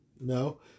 No